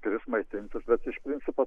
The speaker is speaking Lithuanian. turės išmaitinti bet iš principo